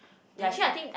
then